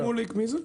מי זה שמוליק?